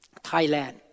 Thailand